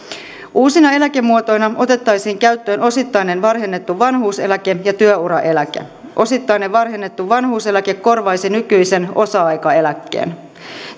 uusina eläkemuotoina otettaisiin käyttöön osittainen varhennettu vanhuuseläke ja työ uraeläke osittainen varhennettu vanhuuseläke korvaisi nykyisen osa aikaeläkkeen